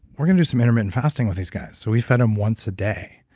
we're going to do some intermittent fasting with these guys. we fed them once a day,